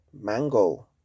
mango